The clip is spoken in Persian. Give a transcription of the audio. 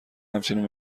همچنین